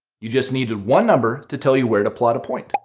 you just needed one number to tell you where to plot a point.